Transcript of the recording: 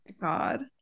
God